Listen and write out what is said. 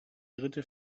dritte